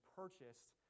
purchased